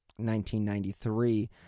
1993